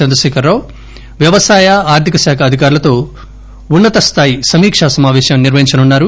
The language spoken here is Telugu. చంద్రశేఖరరావు వ్యవసాయ ఆర్థిక శాఖ అధికారులతో ఉన్న తస్లాయి సమావేశం నిర్వహించనున్నారు